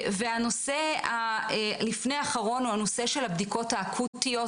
הנושא לפני האחרון של הבדיקות האקוטיות